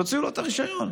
תוציאו לו את הרישיון.